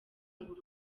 ngo